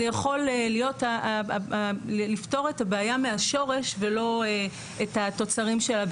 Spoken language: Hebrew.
זה יכול לפתור את הבעיה מהשורש ולא את התוצרים שלה.